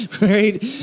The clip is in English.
right